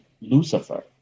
lucifer